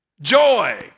Joy